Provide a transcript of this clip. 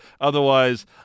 otherwise